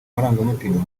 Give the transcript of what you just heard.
marangamutima